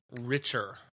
richer